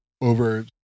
over